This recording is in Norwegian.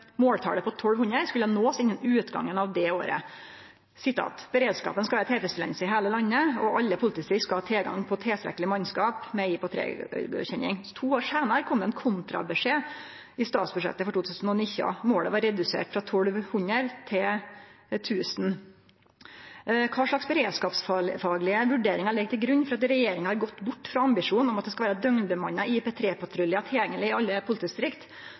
skulle nå måltalet på 1 200 innan utgangen av det året – beredskapen skulle vere tilfredsstillande i heile landet, og alle politidistrikt skulle ha tilgang på tilstrekkeleg mannskap med IP3-godkjenning. To år seinare kom det ein kontrabeskjed i statsbudsjettet for 2019. Målet var redusert frå 1 200 til 1 000. Kva slags beredskapsfaglege vurderingar ligg til grunn for at regjeringa har gått bort frå ambisjonen om at det skal vere døgnbemanna IP3-patruljar tilgjengeleg i alle